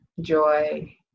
joy